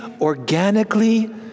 organically